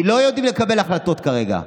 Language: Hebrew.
כי לא יודעים לקבל החלטות כרגע.